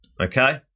okay